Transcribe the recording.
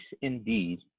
indeed